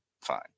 fine